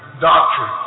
doctrine